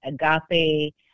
agape